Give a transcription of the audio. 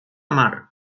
amarg